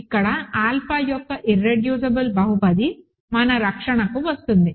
ఇక్కడ ఆల్ఫా యొక్క ఇర్రెడ్యూసిబుల్ బహుపది మన రక్షణకు వస్తుంది